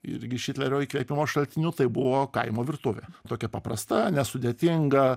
irgi šitlerio įkvėpimo šaltiniu tai buvo kaimo virtuvė tokia paprasta nesudėtinga